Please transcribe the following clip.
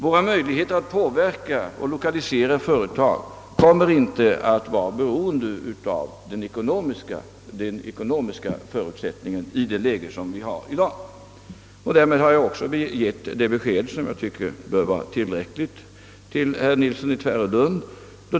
Våra möjligheter att påverka lokaliseringen av företag kommer inte att vara beroende av de ekonomiska förutsättningarna i dagens läge. Därmed har jag givit ett besked som jag tycker bör vara tillräckligt för herr Nilsson i Tvärålund.